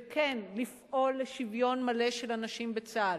וכן לפעול לשוויון מלא של הנשים בצה"ל,